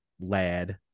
lad